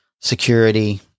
security